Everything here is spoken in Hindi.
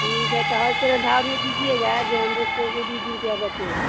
ठीक है तो होलसेलर भाव में दीजिएगा जे हम लोग को भी दो रुपया बचेगा